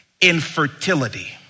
infertility